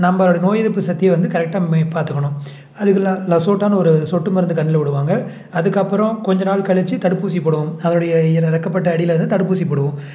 நம்மளோட நோய் எதிர்ப்பு சக்தியை ந்து கரெக்டாக பார்த்துக்கணும் அதுக்குள்ளே அதில் சூட்டான ஒரு சொட்டு மருந்து கண்ணில் விடுவாங்க அதுக்கப்புறம் கொஞ்ச நாள் கழிச்சி தடுப்பூசி போடுவோம் அதோடைய ரெக்கைப்பட்ட அடியில் வந்து தடுப்பூசி போடுவோம்